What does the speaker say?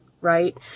right